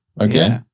okay